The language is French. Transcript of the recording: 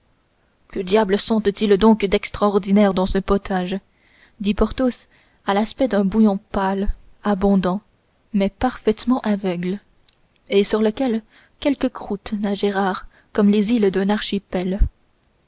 que diable sentent ils donc d'extraordinaire dans ce potage dit porthos à l'aspect d'un bouillon pâle abondant mais parfaitement aveugle et sur lequel quelques croûtes nageaient rares comme les îles d'un archipel